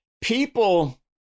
People